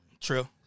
True